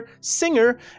singer